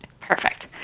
Perfect